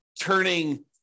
turning